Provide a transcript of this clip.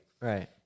Right